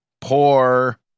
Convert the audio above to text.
poor